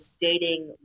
dating